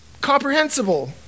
comprehensible